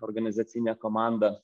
organizacine komanda